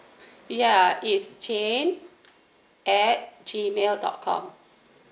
ya is jane at gmail dot com